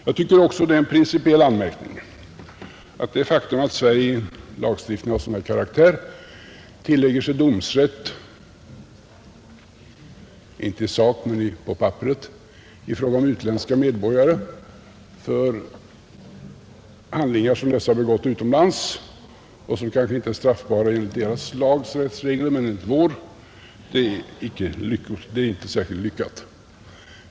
Jag tycker också — och det är en principiell anmärkning — att det faktum att Sverige i en lagstiftning av denna karaktär tillägger sig domsrätt inte i sak men på papperet i fråga om utländska medborgare för handlingar som dessa har begått utomlands, och som kanske inte är straffbara enligt deras lags rättsregler men enligt vår, inte är särskilt lyckat.